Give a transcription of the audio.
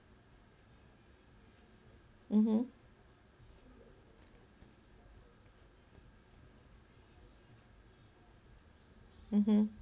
mmhmm mmhmm